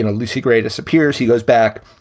and lucy gray disappears, he goes back,